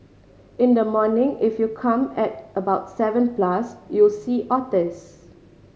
in the morning if you come at about seven plus you'll see otters